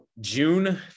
june